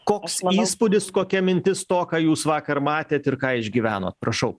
koks įspūdis kokia mintis to ką jūs vakar matėt ir ką išgyvenot prašau